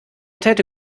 täte